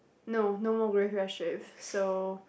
no no more graveyard shift so